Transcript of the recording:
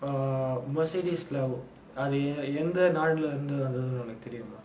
err mercedes lah அது எந்த நாடுல இருந்து வந்ததுனு உனக்கு தெரியுமா:athu entha naadula irunthu vanthathunu unakku theriyumaa